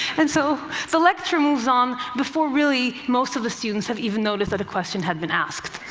and so the lecture moves on before, really, most of the students have even noticed that a question had been asked.